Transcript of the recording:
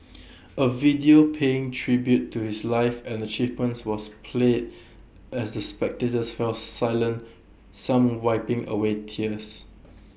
A video paying tribute to his life and achievements was played as the spectators fell silent some wiping away tears